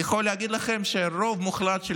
אני יכול להגיד לכם שרוב מוחלט של